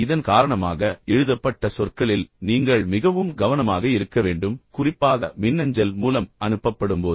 இதன் காரணமாக எழுதப்பட்ட சொற்களில் நீங்கள் மிகவும் கவனமாக இருக்க வேண்டும் குறிப்பாக மின்னஞ்சல் மூலம் அனுப்பப்படும்போது